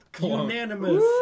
Unanimous